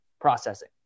processing